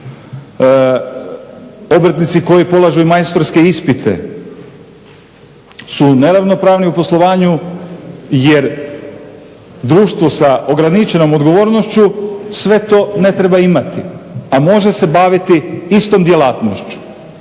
obrtnici koji polažu i majstorske ispite su neravnopravni u poslovanju jer društvo sa ograničenom odgovornošću sve to ne treba imati a može se baviti istom djelatnošću.